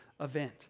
event